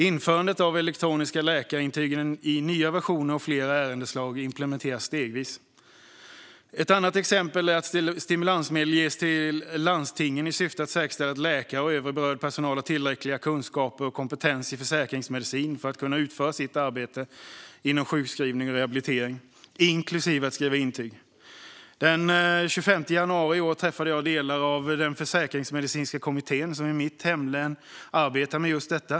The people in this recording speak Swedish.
Införandet av elektroniska läkarintyg i nya versioner och i flera ärendeslag implementeras stegvis. Ett annat exempel är att stimulansmedel ges till landstingen i syfte att säkerställa att läkare och övrig berörd personal har tillräcklig kunskap och kompetens i försäkringsmedicin för att kunna utföra sitt arbete inom sjukskrivning och rehabilitering, inklusive att skriva intyg. Den 25 januari i år träffade jag delar av Försäkringsmedicinska kommittén, som i mitt hemlän arbetar med just detta.